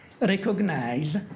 recognize